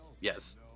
Yes